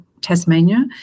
Tasmania